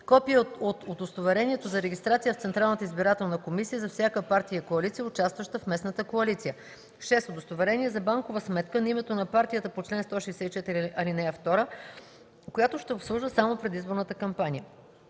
копие от удостоверението за регистрация в Централната избирателна комисия за всяка партия и коалиция, участваща в местната коалиция; 6. удостоверение за банкова сметка на името на партията по чл. 164, ал. 2, която ще обслужва само предизборната кампания;